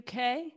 UK